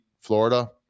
Florida